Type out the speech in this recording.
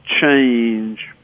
change